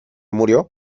murió